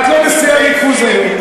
את לא בשיא הריכוז היום.